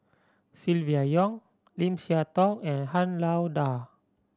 Silvia Yong Lim Siah Tong and Han Lao Da